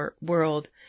world